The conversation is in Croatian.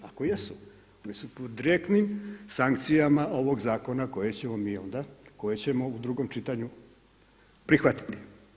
Ako jesu onda su pod direktnim sankcijama ovog zakona kojeg ćemo mi onda, kojeg ćemo u drugom čitanju prihvatiti.